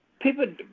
People